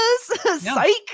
psych